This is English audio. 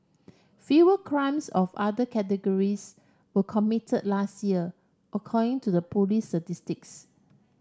fewer crimes of other categories were committed last year according to the police's statistics